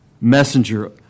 messenger